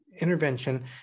intervention